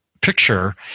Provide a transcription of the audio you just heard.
picture